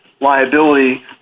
liability